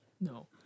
No